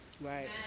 Right